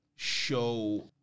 show